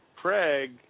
Craig –